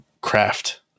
craft